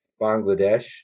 Bangladesh